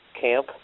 camp